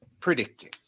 Predicting